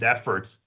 efforts